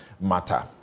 matter